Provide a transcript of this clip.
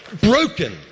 broken